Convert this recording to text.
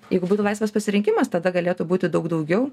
jeigu būtų laisvas pasirinkimas tada galėtų būti daug daugiau